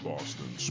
Boston